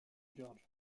george